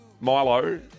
Milo